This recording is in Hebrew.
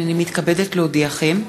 הנני מתכבדת להודיעכם,